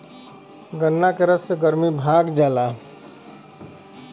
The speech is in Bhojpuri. गन्ना के रस से गरमी भाग जाला